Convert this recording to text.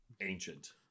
ancient